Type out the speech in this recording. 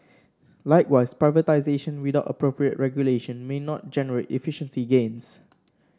likewise privatisation without appropriate regulation may not generate efficiency gains